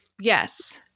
Yes